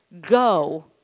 Go